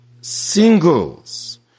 singles